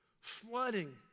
flooding